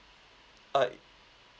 uh